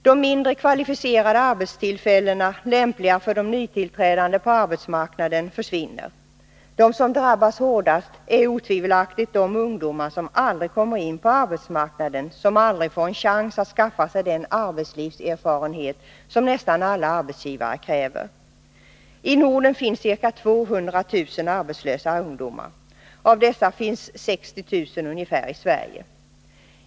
De mindre kvalificerade arbetena, lämpliga för de nytillträdande på arbetsmarknaden, försvinner. De som drabbas hårdast är otvivelaktigt de ungdomar som aldrig kommer in på arbetsmarknaden, som aldrig får en chans att skaffa sig den arbetslivserfarenhet som nästan alla arbetsgivare kräver. I Norden finns ca 200 000 arbetslösa ungdomar. Av dessa finns ca 60 000 i Sverige.